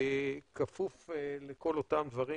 בכפוף לכל אותם דברים,